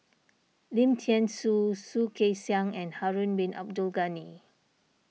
Lim thean Soo Soh Kay Siang and Harun Bin Abdul Ghani